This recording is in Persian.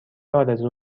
آرزو